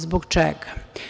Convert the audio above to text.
Zbog čega?